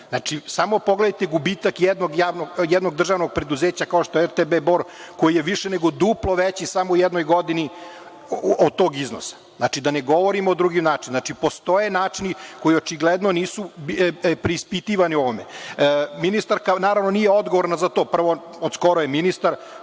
Znači, samo pogledajte gubitak jednog državnog preduzeća kao što je RTB Bor, koji je više nego duplo veći samo u jednoj godini od tog iznosa. Da ne govorimo drugi način. Znači, postoje načini koji očigledno nisu preispitivani u ovome. Ministarka naravno nije odgovorna za to. Prvo, od skora je ministar,